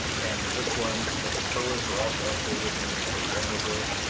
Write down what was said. and this one, the controllers were also upgraded. made them programmable.